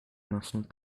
muscle